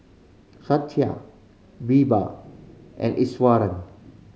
Satya Birbal and Iswaran